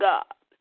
God